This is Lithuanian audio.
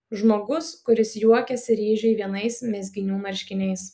žmogus kuris juokiasi ryžiui vienais mezginių marškiniais